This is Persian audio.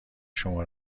شما